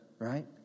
Right